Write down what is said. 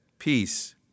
Peace